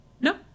No